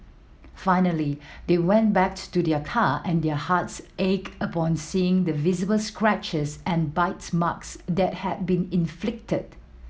finally they went back to their car and their hearts ached upon seeing the visible scratches and bite marks that had been inflicted